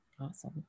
Awesome